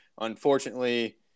unfortunately